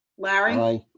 larry. i.